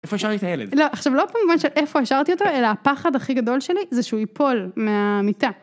איפה השארתי את הילד? לא, עכשיו לא במובן של איפה השארתי אותו, אלא הפחד הכי גדול שלי זה שהוא ייפול מהמיטה.